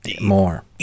more